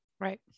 right